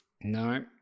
No